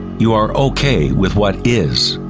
you are okay with what is.